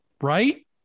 Right